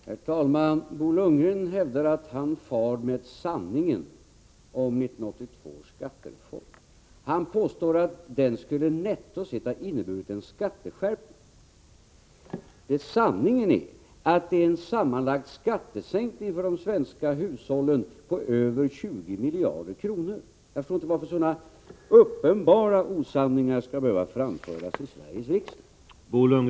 Herr talman! Bo Lundgren hävdar att han säger sanningen om 1982 års skattereform. Han påstår att denna reform, sett till nettot, skulle ha inneburit en skatteskärpning. Sanningen är att reformen har medfört en skattesänkning för de svenska hushållen med sammanlagt över 20 miljarder kronor. Jag förstår inte varför sådana uppenbara osanningar skall behöva framföras i Sveriges riksdag.